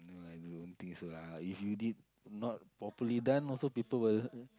no I don't think so ah if you did not properly done also people will